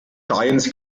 giants